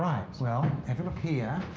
well, if you look here,